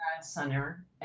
center